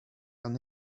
and